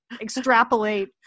extrapolate